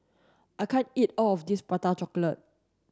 I can't eat all of this prata chocolate